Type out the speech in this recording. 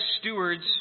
stewards